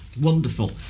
Wonderful